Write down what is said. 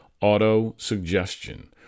auto-suggestion